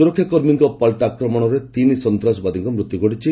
ସୁରକ୍ଷାକର୍ମୀଙ୍କ ପାଲଟା ଆକ୍ରମଣରେ ତିନି ସନ୍ତ୍ରାସବାଦୀଙ୍କ ମୃତ୍ୟୁ ଘଟିଛି